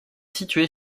située